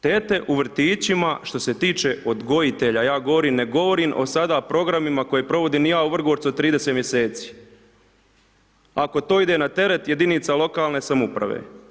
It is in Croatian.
Tete u vrtićima što se tiče odgojitelja, ja govorim, ne govorim, sada o programima koje provodim ja u Vrgorcu od 30 mj. ako to ide na teret jedinice lokalne samouprave.